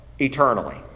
eternally